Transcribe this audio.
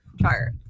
chart